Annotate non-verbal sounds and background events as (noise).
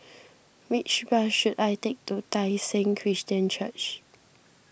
(noise) which bus should I take to Tai Seng Christian Church